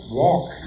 walk